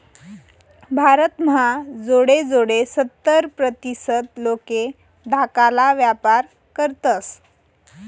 भारत म्हा जोडे जोडे सत्तर प्रतीसत लोके धाकाला व्यापार करतस